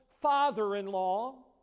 father-in-law